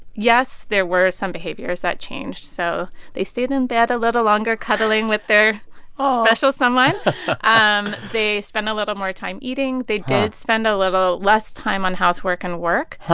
yes, there were some behaviors that changed. so they stayed in bed a little longer cuddling with their special someone aw um they spend a little more time eating. they did spend a little less time on housework and work.